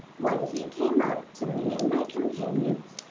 when he came up to me and my companions,